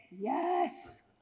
Yes